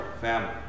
family